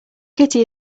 kitty